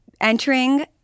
entering